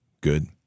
good